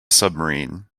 submarine